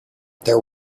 there